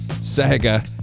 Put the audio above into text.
saga